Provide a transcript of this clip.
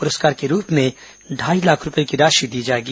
पुरस्कार के रूप में ढाई लाख रूपये की राशि दी जाएगी